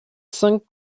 cinq